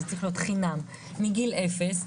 זה צריך להיות חינם מגיל אפס,